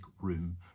room